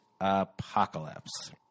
apocalypse